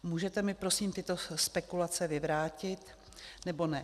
Můžete mi prosím tyto spekulace vyvrátit, nebo ne?